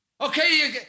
Okay